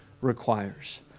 requires